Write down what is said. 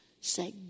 say